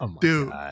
Dude